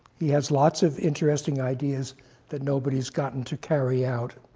he has lots of interesting ideas that nobody's gotten to carry out.